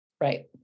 Right